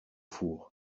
four